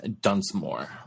Dunsmore